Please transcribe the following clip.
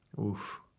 Oof